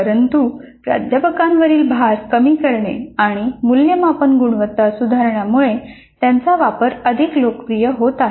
परंतु प्राध्यापकांवरील भार कमी करणे आणि मूल्यमापन गुणवत्ता सुधारणेमुळे त्यांचा वापर अधिक लोकप्रिय होत आहे